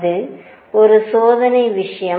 அது ஒரு சோதனை விஷயம்